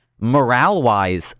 morale-wise